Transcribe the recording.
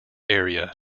area